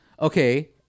Okay